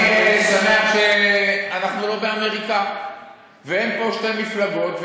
אני שמח שאנחנו לא באמריקה ואין פה שתי מפלגות,